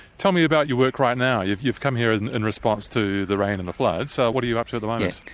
tell me about your work right now. you've you've come here in in response to the rain and the floods, so what are you up to at the moment?